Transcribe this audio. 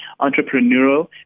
entrepreneurial